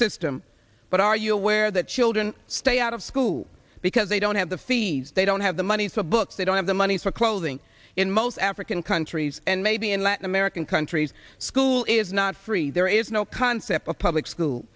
system but are you aware that children stay out of school because they don't have the fees they don't have the money so books they don't have the money for clothing in most african countries and maybe in latin american countries school is not free there is no concept of public school